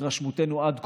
מהתרשמותנו עד כה,